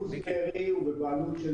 דפוס בארי הוא בבעלות של